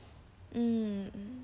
hmm